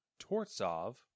Tortsov